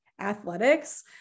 athletics